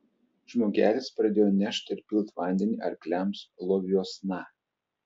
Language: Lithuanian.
žmogelis pradėjo nešt ir pilt vandenį arkliams loviuosna